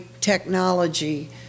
technology